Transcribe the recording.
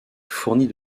fournit